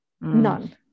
None